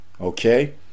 okay